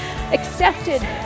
accepted